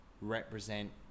represent